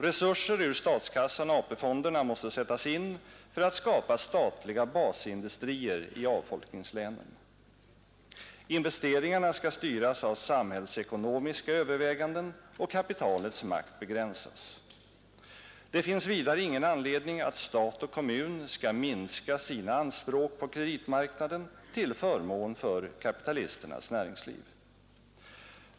Resurser ur statskassan och AP-fonderna måste sättas in för att skapa statliga basindustrier i avfolkningslänen. Investeringarna skall styras av samhällsekonomiska överväganden och kapitalets makt begränsas. Det finns vidare ingen anledning att stat och kommun skall minska sina anspråk på kreditmarknaden till förmån för kapitalisternas näringsliv.